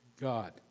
God